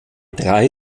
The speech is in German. drei